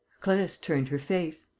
clarisse turned her face.